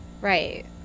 Right